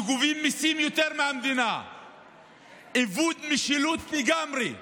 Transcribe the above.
שגובים מיסים יותר מהמדינה, איבוד משילות לגמרי,